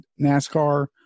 NASCAR